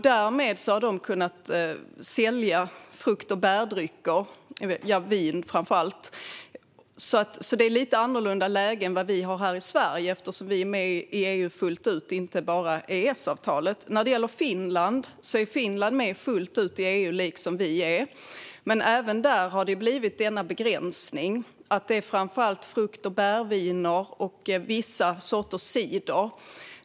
Därmed har de kunnat sälja frukt och bärdrycker. Det är alltså ett annorlunda läge än i Sverige eftersom vi är med i EU fullt ut. När det gäller Finland är de liksom vi med i EU fullt ut. Även där gäller begränsningen frukt och bärviner och vissa sorters cider.